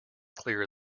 clear